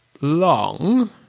long